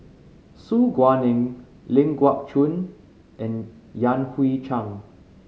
Su Guaning Ling Geok Choon and Yan Hui Chang